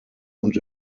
und